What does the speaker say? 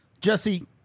jesse